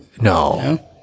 No